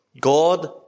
God